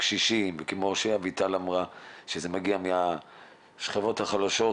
קשישים וכפי שאביטל אמרה שזה מגיע מהשכבות החלשות,